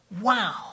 wow